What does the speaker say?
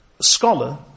scholar